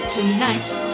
Tonight's